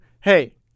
hey